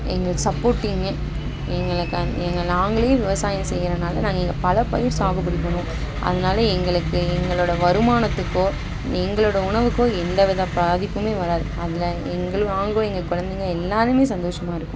எங்கள் சப்போட்டிங்கே எங்களுக்கு எங்களை நாங்களே விவசாயம் செய்கிறதுனாலும் நாங்கள் இங்கே பல பயிர் சாகுபடி பண்ணுவோம் அதனால் எங்களுக்கு எங்களோடய வருமானத்துக்கோ எங்களோடய உணவுக்கோ எந்த வித பாதிப்பும் வராது அதில் எங்கள் நாங்களும் எங்கள் குழந்தைங்க எல்லோருமே சந்தோஷமாக இருக்கோம்